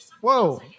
Whoa